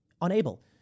unable